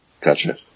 Gotcha